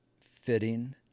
fitting